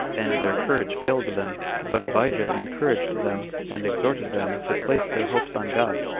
and their courage failed them but abijah encouraged them, and exhorted them to place their hopes on god,